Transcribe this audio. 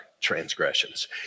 transgressions